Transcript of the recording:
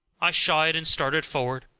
i shied and started forward.